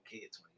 kids